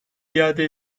iade